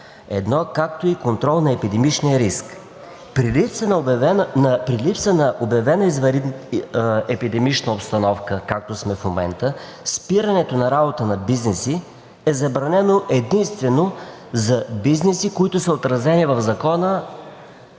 1, както и контрол на епидемичния риск“. При липса на обявена епидемична обстановка, както сме в момента, спирането на работа на бизнеси е забранено единствено за бизнеси, които са отразени в Закона